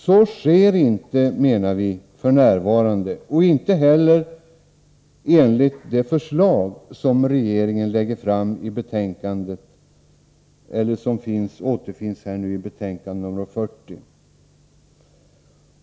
Så sker inte f. n., menar vi, och inte heller enligt de förslag som regeringen lägger fram i propositionen och som återfinns i betänkande nr 40.